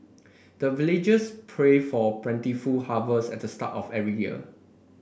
the villagers pray for plentiful harvest at the start of every year